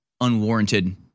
unwarranted